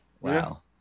Wow